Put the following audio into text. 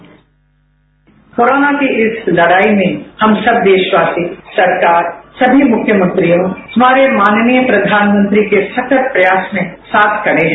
bite corona की इस लड़ाई में हम सब देशवासी सरकार सभी मुख्यमंत्रियों हमारे माननीय प्रधानमंत्री के सतत प्रयास में साथ खड़े हैं